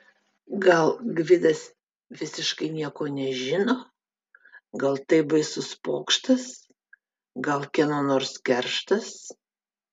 gal gvidas visiškai nieko nežino gal tai baisus pokštas gal kieno nors kerštas